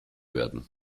werden